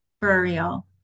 burial